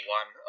one